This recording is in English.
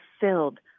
filled